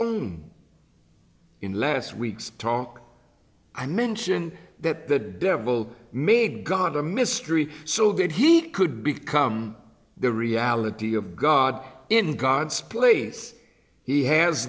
name in last week's talk i mention that the devil made god a mystery so that he could become the reality of god in god's place he has